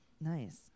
Nice